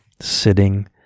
sitting